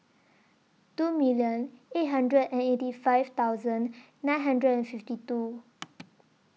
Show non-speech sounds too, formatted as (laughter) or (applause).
two million eight hundred and eighty five thousand nine hundred and fifty two (noise)